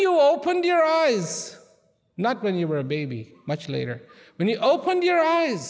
you opened your eyes not when you were a baby much later when you open your eyes